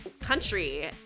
country